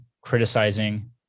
criticizing